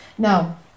Now